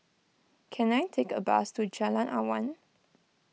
can I take a bus to Jalan Awan